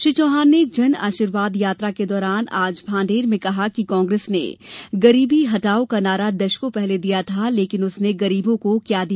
श्री चौहान ने जन आशीर्वाद यात्रा के दौरान आज भांडेर में कहा कि कांग्रेस ने गरीबी हटाओ का नारा दशकों पहले दिया था लेकिन उसने गरीबों को क्या दिया